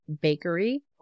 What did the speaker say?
Bakery